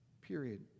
period